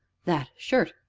that shirt!